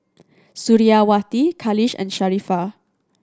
Suriawati Khalish and Sharifah